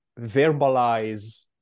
verbalize